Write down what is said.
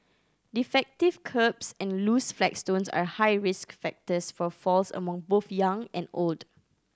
defective kerbs and loose flagstones are high risk factors for falls among both young and old